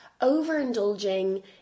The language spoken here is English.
overindulging